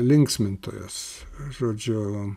linksmintojas žodžiu